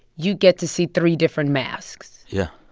you get to see three different masks yeah,